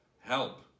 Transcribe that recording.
help